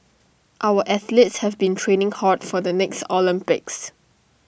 our athletes have been training hard for the next Olympics